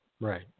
Right